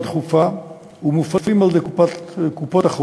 דחופה והם מופעלים על-ידי קופות-החולים,